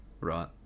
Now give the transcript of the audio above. Right